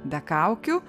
be kaukių